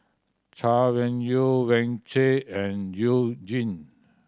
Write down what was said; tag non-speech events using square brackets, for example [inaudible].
Chay Weng Yew [unintelligible] and You Jin